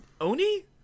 oni